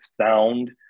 sound